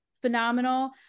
phenomenal